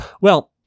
Well-